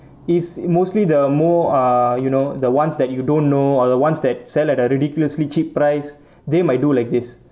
is mostly the more ah you know the ones that you don't know or the ones that sell at a ridiculously cheap price they might do like this